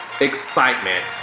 excitement